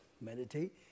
meditate